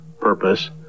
purpose